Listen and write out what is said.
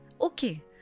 Okay